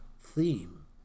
theme